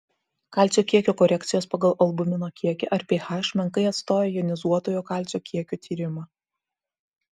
kalcio kiekio korekcijos pagal albumino kiekį ar ph menkai atstoja jonizuotojo kalcio kiekio tyrimą